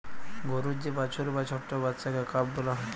গরুর যে বাছুর বা ছট্ট বাচ্চাকে কাফ ব্যলা হ্যয়